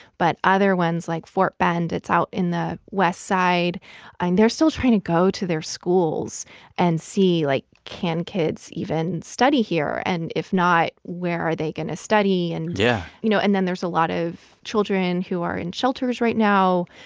but other ones like fort bend it's out in the west side they're still trying to go to their schools and see, like, can kids even study here? and if not, where are they going to study? yeah and yeah you know, and then there's a lot of children who are in shelters right now,